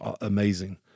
amazing